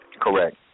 Correct